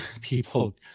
people